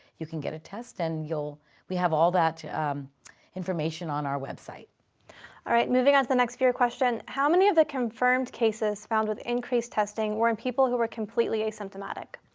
you can get a test and we have all that information on our website. all right. moving on to the next viewer question. how many of the confirmed cases found with increased testing were in people who were completely asymptomatic?